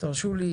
תרשו לי,